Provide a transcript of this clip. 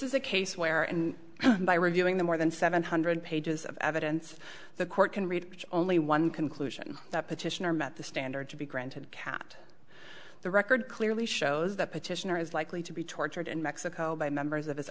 is a case where and by reviewing the more than seven hundred pages of evidence the court can read only one conclusion that petitioner met the standard to be granted kept the record clearly shows that petitioner is likely to be tortured in mexico by members of his